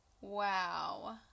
Wow